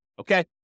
Okay